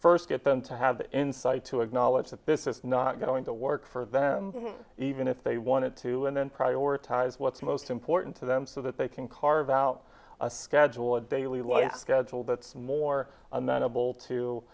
first get them to have insight to acknowledge that this is not going to work for event even if they wanted to and then prioritize what's most important to them so that they can carve out a schedule of daily life schedule that's more amenable to